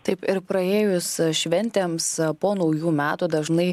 taip ir praėjus šventėms po naujų metų dažnai